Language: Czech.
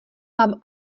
vám